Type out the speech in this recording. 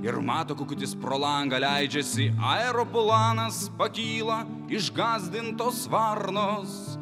ir mato kukutis pro langą leidžiasi aeroplanas pakyla išgąsdintos varnos